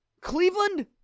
Cleveland